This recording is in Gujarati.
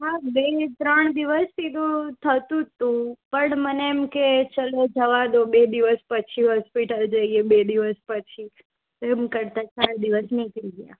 હા બે ત્રણ દિવસથી તો થતું જ હતું પણ મને એમ કે ચાલો જવા દો બે દિવસ પછી હૉસ્પિટલ જઈએ બે દિવસ પછી એમ કરતા ચાર દિવસ નીકળી ગયા